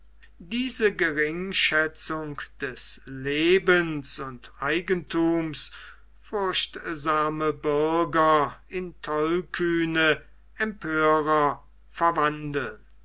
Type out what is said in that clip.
diese geringschätzung des lebens und eigenthums furchtsame bürger in tollkühne empörer verwandeln